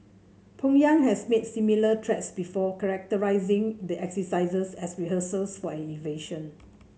Pyongyang has made similar threats before characterising the exercises as rehearsals for an invasion